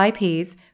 IPs